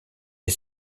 les